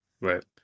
Right